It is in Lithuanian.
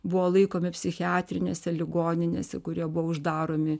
buvo laikomi psichiatrinėse ligoninėse kurie buvo uždaromi